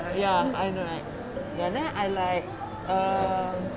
ya I know right ya then I like um